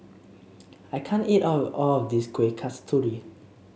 I can't eat all of this Kuih Kasturi